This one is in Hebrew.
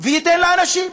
וייתן לאנשים.